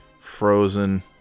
Frozen